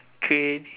create